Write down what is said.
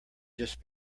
just